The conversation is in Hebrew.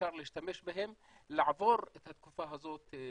שאפשר להשתמש בהם לעבור את התקופה הזאת בשלום.